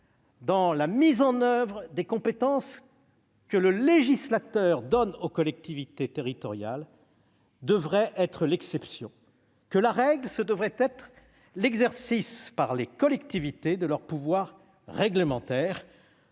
dans la mise en oeuvre des compétences que le législateur donne aux collectivités territoriales devrait être l'exception. La règle devrait être l'exercice, par les collectivités, de leur pouvoir réglementaire,